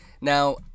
Now